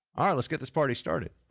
all right, let's get this party started.